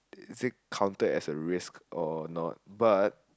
is it counted as a risk or not but